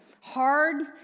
hard